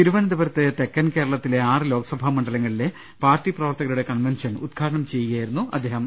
തിരുവനന്തപുരത്ത് തെക്കൻ കേരളത്തിലെ ആറ് ലോക്സഭാമണ്ഡലങ്ങളിലെ പാർട്ടി പ്രവർ ത്തകരുടെ കൺവൻഷൻ ഉദ്ഘാടനം ചെയ്യുകയായിരുന്നു അമിത് ഷാ